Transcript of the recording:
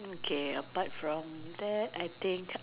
okay apart from that I think